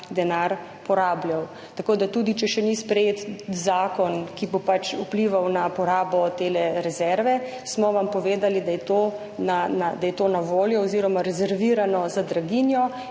denar porabljal. Tako da tudi če še ni sprejet zakon, ki bo vplival na porabo te rezerve, smo vam povedali, da je to na voljo oziroma rezervirano za draginjo.